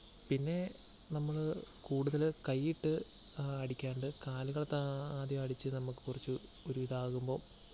പിന്നെ നമ്മൾ കൂടുതൽ കൈ ഇട്ട് അടിക്കാതെ കാലുകൾ താ ആദ്യം അടിച്ചു നമ്മൾക്ക് കുറച്ചു ഒരു ഇതാകുമ്പോൾ